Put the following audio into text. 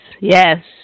yes